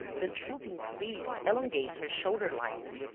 the drooping sleeves elongate her shoulder-lines,